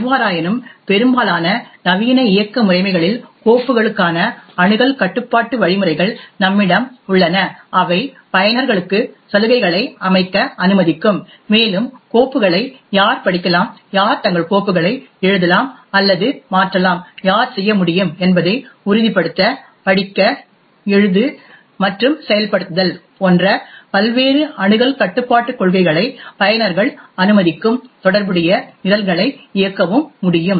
எவ்வாறாயினும் பெரும்பாலான நவீன இயக்க முறைமைகளில் கோப்புகளுக்கான அணுகல் கட்டுப்பாட்டு வழிமுறைகள் நம்மிடம் உள்ளன அவை பயனர்களுக்கு சலுகைகளை அமைக்க அனுமதிக்கும் மேலும் கோப்புகளை யார் படிக்கலாம் யார் தங்கள் கோப்புகளை எழுதலாம் அல்லது மாற்றலாம் யார் செய்ய முடியும் என்பதை உறுதிப்படுத்த படிக்க எழுது மற்றும் செயல்படுத்துதல் போன்ற பல்வேறு அணுகல் கட்டுப்பாட்டுக் கொள்கைகளை பயனர்கள் அனுமதிக்கும் தொடர்புடைய நிரல்களை இயக்கவும் முடியும்